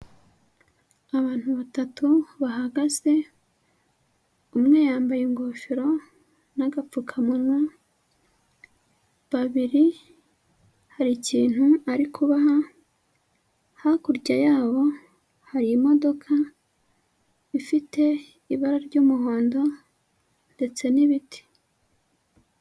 Abantu batatu bahagaze, umwe yambaye ingofero n'agapfukamunwa, babiri hari ikintu ari kubaha, hakurya yabo hari imodoka, ifite ibara ry'umuhondo ndetse n'ibiti.